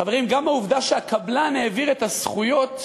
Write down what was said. חברים, גם בעובדה שהקבלן העביר את הזכויות,